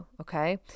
Okay